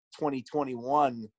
2021